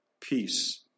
peace